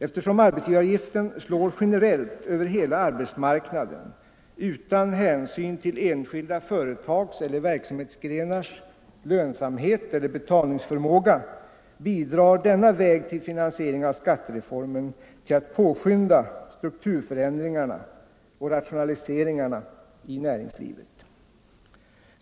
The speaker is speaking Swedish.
Eftersom arbetsgivaravgiften slår generellt över hela arbetsmarknaden utan hänsyn till enskilda företags eller verksamhetsgrenars lönsamhet eller betalningsförmåga bidrar denna väg till finansiering av skatteformen till att påskynda strukturförändringarna och rationaliseringarna i näringslivet.